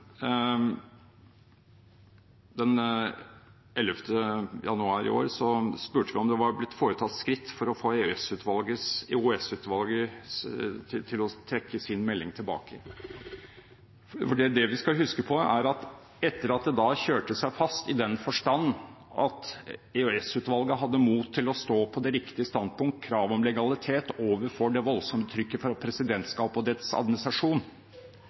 den 11. januar i år spurte vi om det var blitt tatt skritt for å få EOS-utvalget til å trekke sin melding tilbake. Det vi skal huske på, er at etter at det kjørte seg fast, i den forstand at EOS-utvalget hadde mot til å stå på det riktige standpunkt – kravet om legalitet – overfor det voldsomme trykket fra presidentskapet og dets administrasjon,